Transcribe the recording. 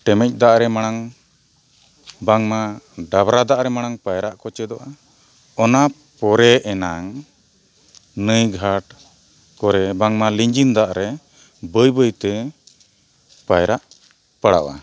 ᱴᱮᱢᱮᱡ ᱫᱟᱜᱨᱮ ᱢᱟᱲᱟᱝ ᱵᱟᱝᱢᱟ ᱰᱟᱵᱨᱟ ᱫᱟᱜ ᱨᱮ ᱢᱟᱲᱟᱝ ᱯᱟᱭᱨᱟᱜ ᱠᱚ ᱪᱮᱫᱚᱜᱼᱟ ᱚᱱᱟ ᱯᱚᱨᱮ ᱮᱱᱟᱝ ᱱᱟᱹᱭ ᱜᱷᱟᱴ ᱠᱚᱨᱮ ᱵᱟᱝᱢᱟ ᱞᱤᱸᱡᱤᱱ ᱫᱟᱜ ᱨᱮ ᱵᱟᱹᱭ ᱵᱟᱹᱭᱛᱮ ᱯᱟᱭᱨᱟᱜ ᱯᱟᱲᱟᱜᱼᱟ